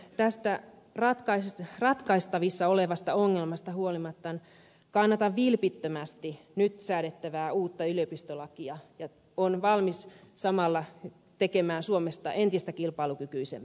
tästä ratkaistavissa olevasta ongelmasta huolimatta kannatan vilpittömästi nyt säädettävää uutta yliopistolakia ja olen valmis samalla tekemään suomesta entistä kilpailukykyisen